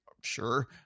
sure